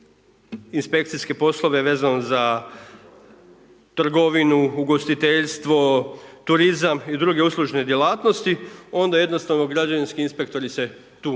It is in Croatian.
inspekcijske poslove, vezano za trgovinu, ugostiteljstvo, turizam i druge uslužne djelatnosti, onda jednostavno građevinski inspektori se tu